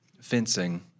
fencing